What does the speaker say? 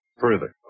further